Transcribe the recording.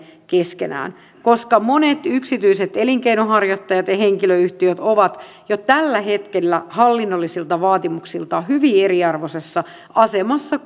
keskenään koska monet yksityiset elinkeinonharjoittajat ja henkilöyhtiöt ovat jo tällä hetkellä hallinnollisilta vaatimuksiltaan hyvin eriarvoisessa asemassa